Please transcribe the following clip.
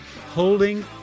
holding